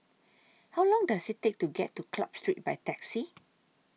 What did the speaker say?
How Long Does IT Take to get to Club Street By Taxi